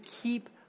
keep